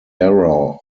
error